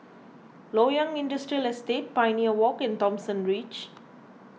Loyang Industrial Estate Pioneer Walk and Thomson Ridge